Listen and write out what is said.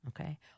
okay